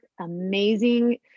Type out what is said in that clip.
amazing